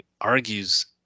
argues